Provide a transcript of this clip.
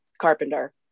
Carpenter